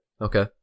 Okay